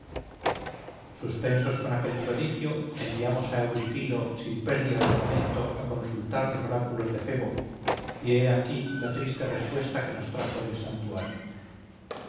suspensos con aquel prodigio enviamos a euripilo sin pérdida de momento a consultar los oráculos de febo y he aquí la triste respuesta que nos trajo del santuario